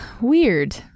Weird